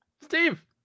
Steve